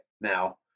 Now